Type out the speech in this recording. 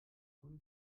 guten